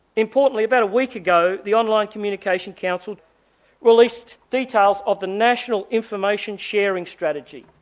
importantly, about a week ago the online communication council released details of the national information sharing strategy,